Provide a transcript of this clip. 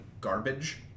garbage